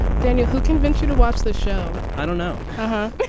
daniel, who convince you to watch the show? i don't know. huh